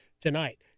tonight